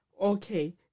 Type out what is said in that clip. Okay